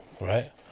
right